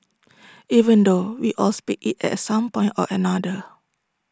even though we all speak IT at some point or another